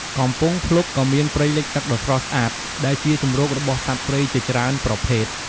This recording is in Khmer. កំពង់ភ្លុក ក៏មានព្រៃលិចទឹកដ៏ស្រស់ស្អាត ដែលជាជម្រករបស់សត្វព្រៃជាច្រើនប្រភេទ ។